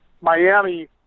Miami